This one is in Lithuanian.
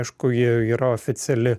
aišku ji yra oficiali